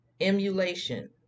emulation